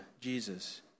Jesus